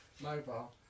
mobile